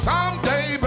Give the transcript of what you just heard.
Someday